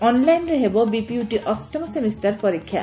ଅନ୍ଲାଇନ୍ରେ ହେବ ବିପିୟୁଟି ଅଷ୍ଟମ ସେମିଷ୍ଟାର୍ ପରୀକ୍ଷା